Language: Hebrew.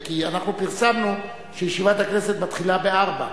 כי פרסמנו שישיבת הכנסת מתחילה ב-16:00,